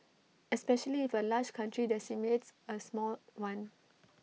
especially if A large country decimates A small one